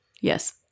Yes